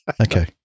Okay